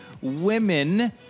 women